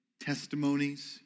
testimonies